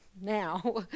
now